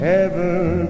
Heaven